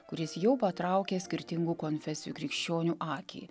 kuris jau patraukė skirtingų konfesijų krikščionių akį